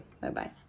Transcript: Bye-bye